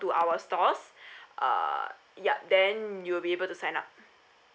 to our stores uh ya then you'll be able to sign up